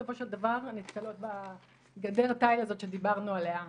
בסופו של דבר נתקלות בגדר תיל הזאת שדיברנו עליה בסוף.